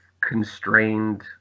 constrained